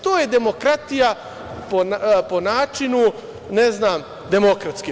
To je demokratija po načinu, ne znam, DS.